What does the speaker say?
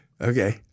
okay